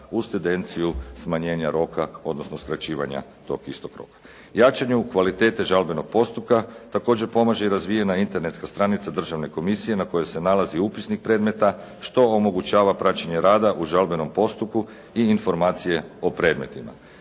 uz tendenciju smanjenja roka, odnosno skraćivanja tog istog roka. Jačanje u kvalitete žalbenog postupka također pomaže i razvijena internetska stranica Državne komisije na kojoj se nalazi upisnik predmeta, što omogućava praćenje rada u žalbenom postupku i informacije o predmetima.